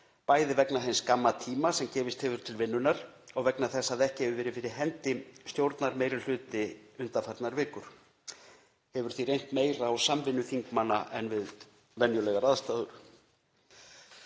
bæði vegna hins skamma tíma sem gefist hefur til vinnunnar og vegna þess að ekki hefur verið fyrir hendi stjórnarmeirihluti undanfarnar vikur hefur því reynt meira á samvinnu þingmanna en við venjulegar aðstæður.